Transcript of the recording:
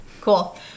Cool